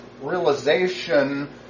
realization